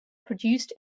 produced